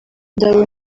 indabo